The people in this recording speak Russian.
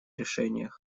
решениях